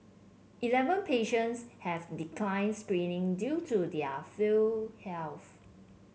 eleven patients have declined screening due to their frail health